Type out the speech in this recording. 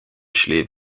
sliabh